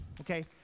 okay